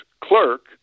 clerk